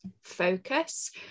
focus